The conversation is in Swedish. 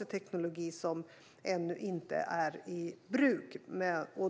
är ju teknologi som ännu inte är i bruk.